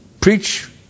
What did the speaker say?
preach